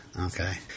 Okay